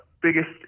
biggest